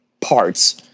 parts